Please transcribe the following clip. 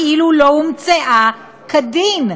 כאילו לא הומצאה כדין?